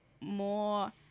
more